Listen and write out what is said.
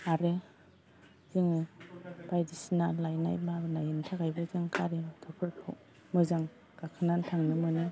आरो जोङो बायदिसिना लायनाय माल लायनो थाखायबो जों गारि मटरफोरखौ मोजां गाखोनानै थांनो मोनो